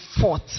fought